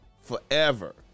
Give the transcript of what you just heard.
forever